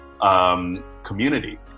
community